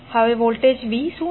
હવે voltage v શું છે